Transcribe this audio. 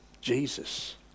Jesus